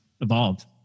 evolved